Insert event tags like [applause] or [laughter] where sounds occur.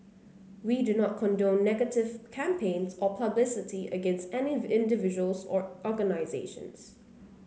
we do not condone negative campaigns or publicity against any [unintelligible] individuals or organisations